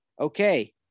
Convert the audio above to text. Okay